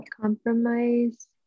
Compromise